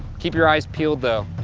keep your eyes peeled though,